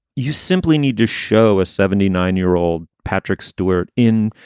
you simply need to show a seventy nine year old patrick stewart in,